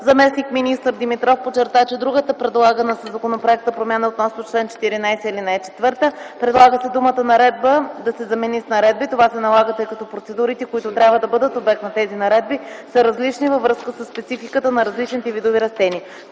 Заместник-министър Димитров подчерта, че другата предлагана със законопроекта промяна е относно чл. 14, ал. 4. Предлага се думата „наредба” да се замени с „наредби”. Това се налага, тъй като процедурите, които трябва да бъдат обект на тези наредби са различни във връзка с със спецификата на различните видове растения.